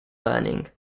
burning